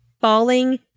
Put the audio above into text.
falling